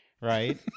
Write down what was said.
right